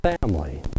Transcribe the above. family